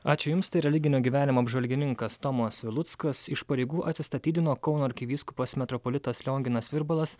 ačiū jums tai religinio gyvenimo apžvalgininkas tomas viluckas iš pareigų atsistatydino kauno arkivyskupas metropolitas lionginas virbalas